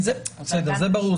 זה ברור.